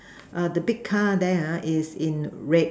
err the big car there ah is in red